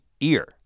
ear